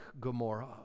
Gomorrah